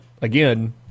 again